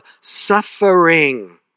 suffering